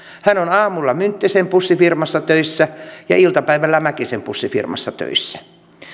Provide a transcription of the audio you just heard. hän on aamulla mynttisen bussifirmassa töissä ja iltapäivällä mäkisen bussifirmassa töissä